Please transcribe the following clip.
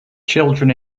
children